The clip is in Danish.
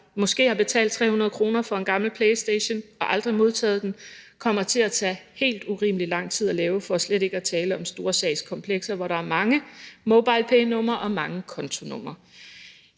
måske har betalt kr. 300,00 for en gammel PlayStation og aldrig har modtaget den, kommer til at tage helt urimelig lang tid at lave – for slet ikke at tale om store sagskomplekser, hvor der er indblandet mange mobilepaynumre og mange kontonumre.